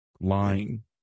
lying